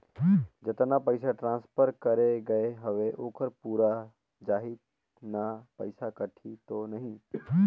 जतना पइसा ट्रांसफर करे गये हवे ओकर पूरा जाही न पइसा कटही तो नहीं?